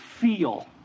feel